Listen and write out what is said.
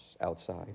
outside